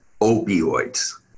opioids